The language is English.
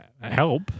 Help